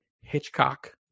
Hitchcock